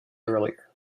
earlier